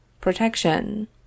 protection